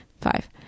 Five